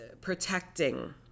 protecting